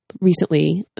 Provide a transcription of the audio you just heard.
recently